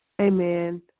Amen